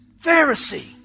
Pharisee